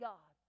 God